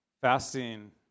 Fasting